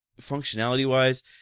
functionality-wise